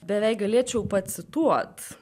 bevei galėčiau pacituot